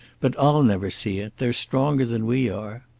but i'll never see it. they're stronger than we are.